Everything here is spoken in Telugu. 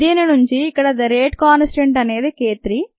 దీని నుంచి ఇక్కడ ద రేట్ కాన్స్టంట్ అనేది k 3